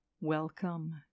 Welcome